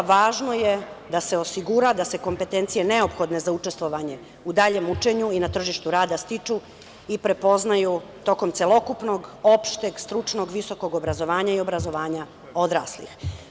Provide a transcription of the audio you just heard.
Važno je da se osigura, da se kompetencije neophodne za učestvovanje u daljem učenju i na tržištu rada stiču i prepoznaju tokom celokupnog opšteg, stručnog visokog obrazovanja i obrazovanja odraslih.